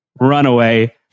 Runaway